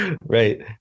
Right